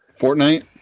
Fortnite